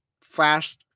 flash